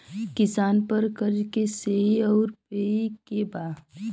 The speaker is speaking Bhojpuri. किसान पर क़र्ज़े के श्रेइ आउर पेई के बा?